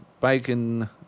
bacon